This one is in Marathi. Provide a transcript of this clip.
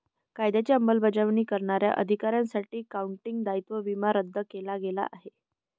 कायद्याची अंमलबजावणी करणाऱ्या अधिकाऱ्यांसाठी काउंटी दायित्व विमा रद्द केला गेला आहे